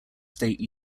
state